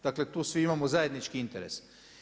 Dakle, tu svi imamo zajednički interes.